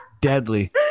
Deadly